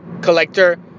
collector